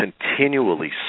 continually